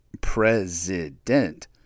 president